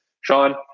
Sean